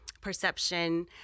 Perception